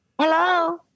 hello